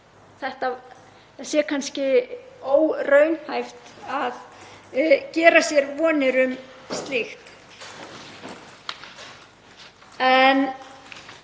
núna sé kannski óraunhæft að gera sér vonir um slíkt.